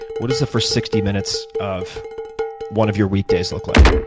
what does the first sixty minutes of one of your weekdays look like?